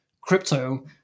crypto